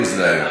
זה לא בסמכותי.